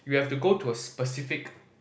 you have to go to a specific